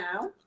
now